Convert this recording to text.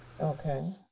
Okay